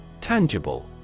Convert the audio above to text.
Tangible